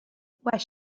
where